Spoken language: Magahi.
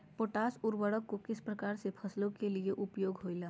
पोटास उर्वरक को किस प्रकार के फसलों के लिए उपयोग होईला?